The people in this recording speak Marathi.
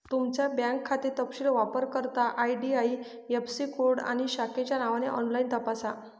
तुमचा बँक खाते तपशील वापरकर्ता आई.डी.आई.ऍफ़.सी कोड आणि शाखेच्या नावाने ऑनलाइन तपासा